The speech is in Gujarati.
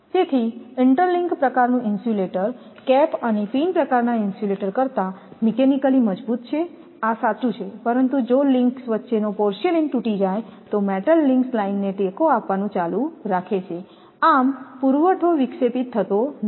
તેથી ઇન્ટરલિંક પ્રકારનું ઇન્સ્યુલેટર કેપ અને પિન પ્રકારના ઇન્સ્યુલેટર કરતાં મિકેનિકલી મજબૂત છે આ સાચું છે પરંતુ જો લિંક્સ વચ્ચેનો પોર્સેલેઇન તૂટી જાય તો મેટલ લિંક્સ લાઇનને ટેકો આપવાનું ચાલુ રાખે છે આમ પુરવઠો વિક્ષેપિત થતો નથી